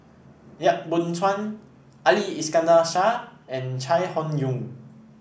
Yap Boon Chuan Ali Iskandar Shah and Chai Hon Yoong